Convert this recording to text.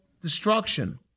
destruction